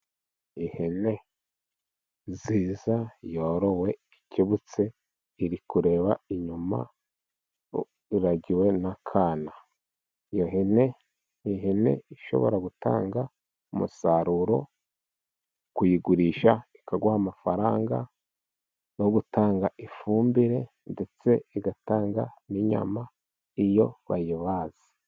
Ihene nziza yorowe ikebutse iri kureba inyuma, iragiwe n'akana. Iyo ihene ni ihene ishobora gutanga umusaruro. Kuyigurisha ikaguha amafaranga, no gutanga ifumbire. Ndetse igatanga n'inyama iyo bayibaze.